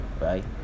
right